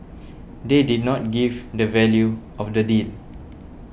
they did not give the value of the deal